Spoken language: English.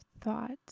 thoughts